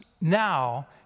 now